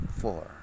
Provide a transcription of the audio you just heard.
four